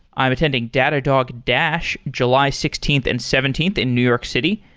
i'm attending datadog dash july sixteenth and seventeenth in new york city,